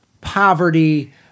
poverty